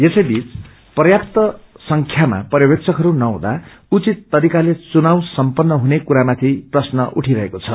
यसैबीच प्यांस संख्यामा पर्यवेक्षकहरू नहुँदा उचित तरिकाले घुनाव सम्पन्न हुने कुरामाथि प्रश्न उठिरहेको छ